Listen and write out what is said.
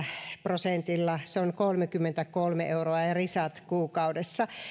prosentilla se on kolmekymmentäkolme euroa ja ja risat kuukaudessa